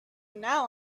now